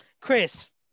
Chris